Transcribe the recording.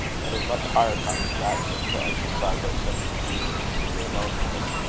and in much higher kinds of action, to exercise our sense of duty in severe loneliness.